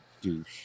douche